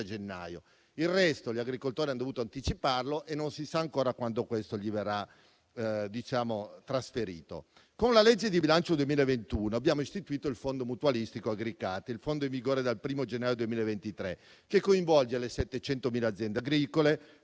gennaio. Il resto, gli agricoltori hanno dovuto anticiparlo e non si sa ancora quando tutto questo verrà loro trasferito. Con la legge di bilancio 2021 abbiamo istituito il fondo mutualistico Agricat. Il fondo, in vigore dal 1° gennaio 2023, coinvolge le 700.000 aziende agricole